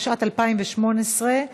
התשע"ט 2018,